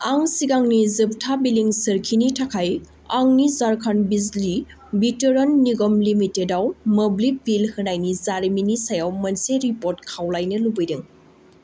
आं सिगांनि जोबथा बिलिं सोरखिनि थाखाय आंनि झारखान्ड बिजी बिथरन निगम लिमिटेडआव मोब्लिब बिल होनायनि जारिमिननि सायाव मोनसे रिपर्ट खावलायनो लुबैदों